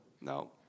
No